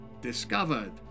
discovered